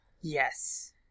yes